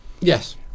Yes